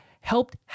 helped